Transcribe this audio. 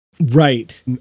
Right